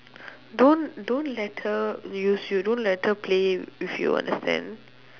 don't don't let her use you don't let her play with you understand